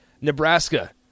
Nebraska